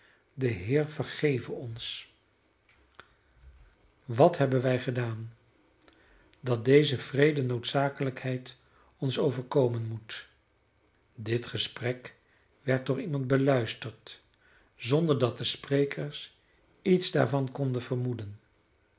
de heer vergeve ons wat hebben wij gedaan dat deze wreede noodzakelijkheid ons overkomen moet dit gesprek werd door iemand beluisterd zonder dat de sprekers iets daarvan konden vermoeden